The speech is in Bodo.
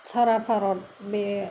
सारा भारत बे